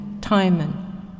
Timon